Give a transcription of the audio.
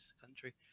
country